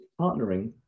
partnering